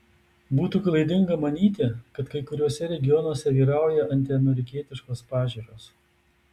būtų klaidinga manyti kad kai kuriuose regionuose vyrauja antiamerikietiškos pažiūros